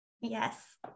Yes